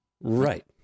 Right